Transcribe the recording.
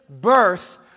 birth